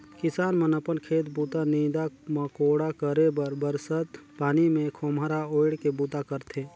किसान मन अपन खेत बूता, नीदा मकोड़ा करे बर बरसत पानी मे खोम्हरा ओएढ़ के बूता करथे